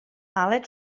aled